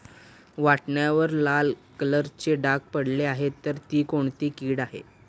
वाटाण्यावर लाल कलरचे डाग पडले आहे तर ती कोणती कीड आहे?